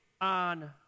on